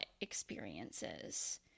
experiences